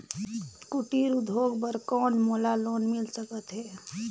कुटीर उद्योग बर कौन मोला लोन मिल सकत हे?